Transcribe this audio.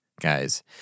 Guys